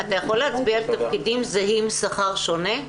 אתה יכול להצביע על תפקידים זהים בשכר שונה?